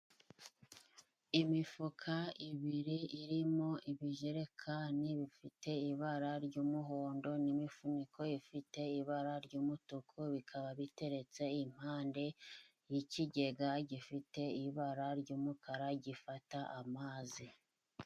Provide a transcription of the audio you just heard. Imifuka ibiri irimo ibijerikani bifite ibara ry'umuhondo n'imifuniko ifite ibara ry'umutuku, bikaba biteretse impande y'ikigega gifite ibara ry'umukara gifata amazi.